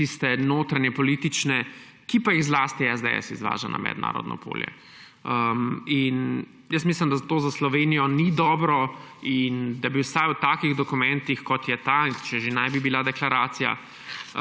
tiste notranjepolitične, ki pa jih zlasti SDS izvaža na mednarodno polje. Mislim, da to za Slovenijo ni dobro in da naj vsaj v takih dokumentih, kot je ta, če že naj bi bila deklaracija,